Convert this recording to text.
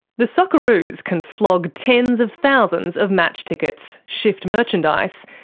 the socceroos can flog tens of thousands of match tickets, shift merchandise,